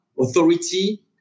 authority